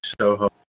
Soho